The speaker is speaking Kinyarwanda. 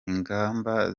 ingamba